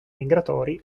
migratori